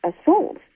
assault